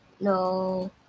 No